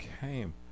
came